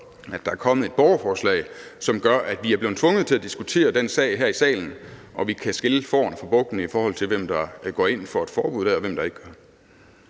at der er kommet et borgerforslag, som gør, at vi er blevet tvunget til at diskutere den sag her i salen og kan skille fårene fra bukkene, i forhold til hvem der går ind for et forbud dér, og hvem der ikke gør.